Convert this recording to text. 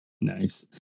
Nice